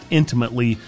intimately